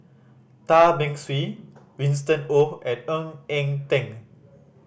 Tan Beng Swee Winston Oh and Ng Eng Teng